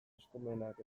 eskumenak